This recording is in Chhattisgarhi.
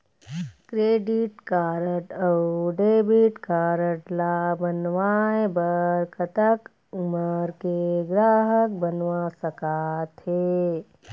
क्रेडिट कारड अऊ डेबिट कारड ला बनवाए बर कतक उमर के ग्राहक बनवा सका थे?